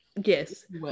yes